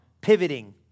pivoting